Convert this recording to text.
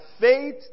faith